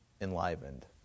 enlivened